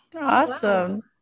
Awesome